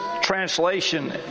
translation